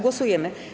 Głosujemy.